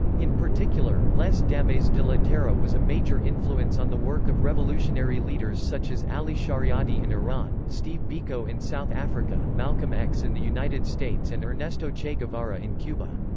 in particular, les damnes de la terre was a major influence on the work of revolutionary leaders such as ali shariati in iran, steve biko in south africa, malcolm x in the united states and ernesto che guevara in cuba.